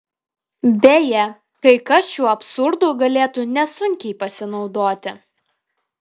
beje kai kas šiuo absurdu galėtų nesunkiai pasinaudoti